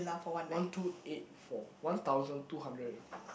one two eight four one thousand two hundred and